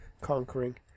conquering